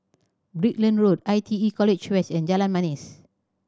Brickland Road I T E College West and Jalan Manis